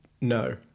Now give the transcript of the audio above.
No